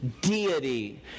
deity